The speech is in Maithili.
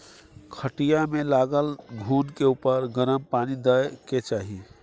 खटिया मे लागल घून के उपर गरम पानि दय के चाही